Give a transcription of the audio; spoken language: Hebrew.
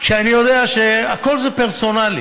ואני יודע שהכול זה פרסונלי,